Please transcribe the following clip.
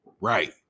Right